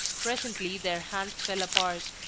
presently their hands fell apart,